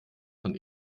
von